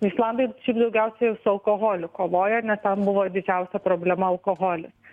islandai šiaip daugiausiai jau su alkoholiu kovoja nes ten buvo didžiausia problema alkoholis